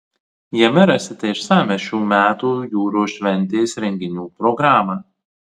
jame rasite išsamią šių metų jūros šventės renginių programą